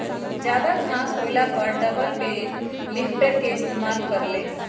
जादा घास होएला पर डबल बेल लिफ्टर के इस्तेमाल कर ल